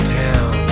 town